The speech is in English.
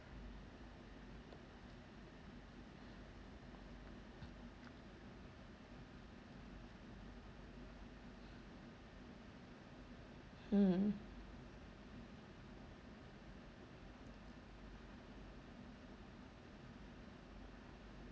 mm